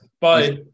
bye